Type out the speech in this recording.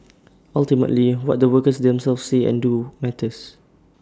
ultimately what the workers themselves say and do matters